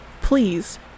please